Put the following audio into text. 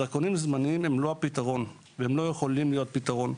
דרכונים זמניים הם לא הפתרון והם לא יכולים להיות פתרון.